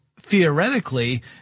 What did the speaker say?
theoretically